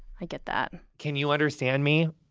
i get that can you understand me?